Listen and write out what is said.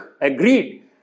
agreed